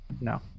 no